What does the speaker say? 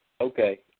Okay